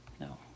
No